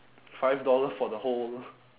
five dollar for the whole